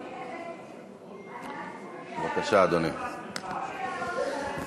בבקשה, אדוני.